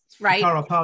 right